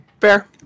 Fair